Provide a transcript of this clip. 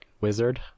Wizard